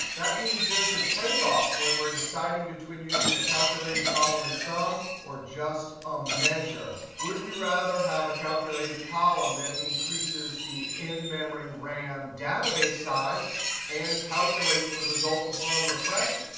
that means there's a tradeoff when we're deciding between using a calculated column and sum or just a measure. would we rather have a calculated column that increases the in-memory ram database size and calculates the result upon refresh,